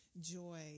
joy